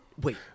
Wait